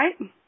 right